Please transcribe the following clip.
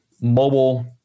mobile